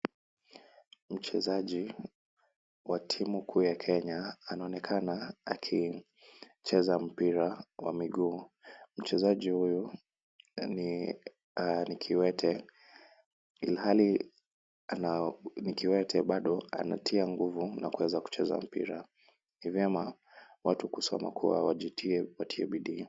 Mchezaji wa timu kuu ya Kenya anaonekana akicheza mpira wa miguu. Mchezaji huyu ni kiwete ilhali ni kiwete bado anatia nguvu na kuweza kucheza mpira. Ni vyema watu kusoma watie bidii.